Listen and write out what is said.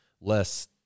less